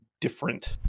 different